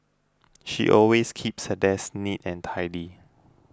she always keeps her desk neat and tidy